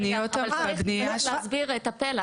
רגע, אבל צריך להסביר את הפלח.